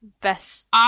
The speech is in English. Best